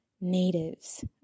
Natives